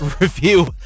review